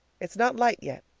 it's not light yet,